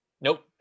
Nope